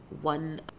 one